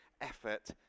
effort